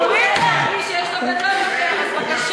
אם "ווינר", מי שיש לו גדול יותר, אז בבקשה.